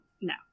No